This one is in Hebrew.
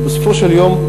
ובסופו של יום,